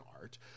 art